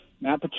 Matt